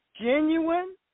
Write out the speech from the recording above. genuine